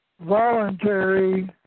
voluntary